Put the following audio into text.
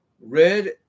red